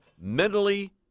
mentally